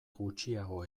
gutxiago